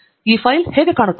ಈ ಫೈಲ್ ಹೇಗೆ ಕಾಣುತ್ತದೆ